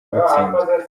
butsinzwe